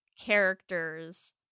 characters